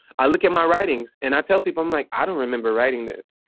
i look at my writings. and i tell people i'm like, i don't remember writing this.